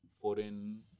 foreign